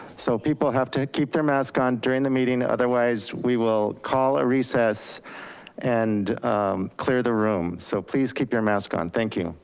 so people have to keep their mask on during the meeting otherwise we will call a recess and clear the room. so please keep your mask on. thank you.